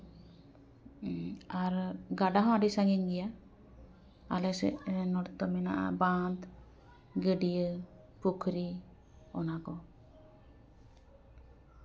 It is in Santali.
ᱟᱨ ᱜᱟᱰᱟ ᱦᱚᱸ ᱟᱹᱰᱤ ᱥᱟᱺᱜᱤᱧ ᱜᱮᱭᱟ ᱟᱞᱮ ᱥᱮᱡ ᱱᱚᱸᱰᱮ ᱫᱚ ᱢᱮᱱᱟᱜᱼᱟ ᱵᱟᱸᱫ ᱜᱟᱹᱰᱭᱟᱹ ᱯᱩᱠᱷᱨᱤ ᱚᱱᱟ ᱠᱚ